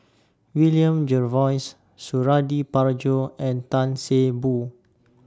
William Jervois Suradi Parjo and Tan See Boo